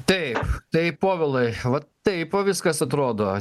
taip tai povilai va taip va viskas atrodo